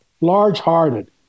large-hearted